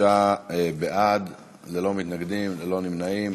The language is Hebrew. שישה בעד, ללא מתנגדים, ללא נמנעים.